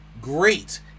great